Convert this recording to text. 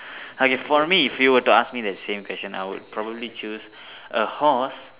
okay for me if you would to ask me that same question I would probably choose a horse